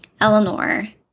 Eleanor